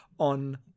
on